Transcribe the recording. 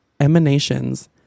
emanations